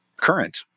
current